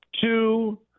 two